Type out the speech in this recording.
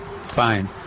fine